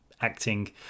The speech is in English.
acting